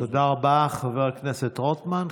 תודה רבה, חבר הכנסת רוטמן.